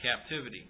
captivity